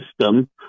system